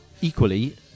equally